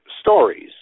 stories